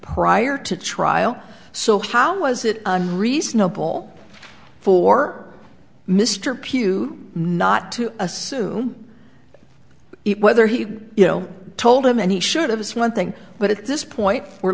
prior to trial so how was it reasonable for mr pugh not to assume it whether he you know told him and he should have this one thing but at this point we're